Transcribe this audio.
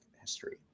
history